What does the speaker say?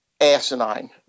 asinine